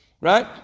Right